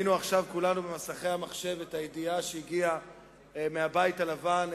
כולנו ראינו עכשיו במסכי המחשב את הידיעה שהגיעה מהבית הלבן,